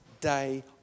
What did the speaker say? day